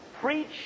preach